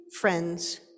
friends